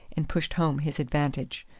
and pushed home his advantage.